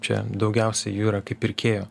čia daugiausiai jų yra kaip pirkėjų